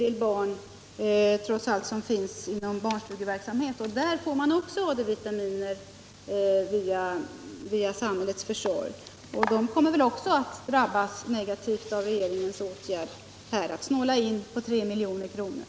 Dessutom finns en hel del barn inom barnstugeverksamheten där man fått AD-vitaminer genom samhällets försorg. De kommer också att drabbas negativt av regeringens åtgärd att snåla in 3 milj.kr.